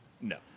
No